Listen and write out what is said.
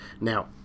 Now